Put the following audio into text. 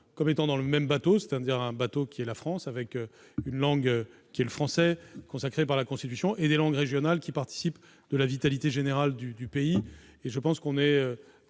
comme étant tous dans le même bateau, le bateau « France », avec une langue qui est le français, consacrée par la Constitution, et des langues régionales, qui participent de la vitalité générale du pays.